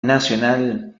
nacional